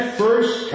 first